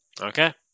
Okay